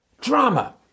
drama